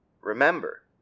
Remember